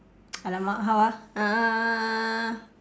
!alamak! how ah uh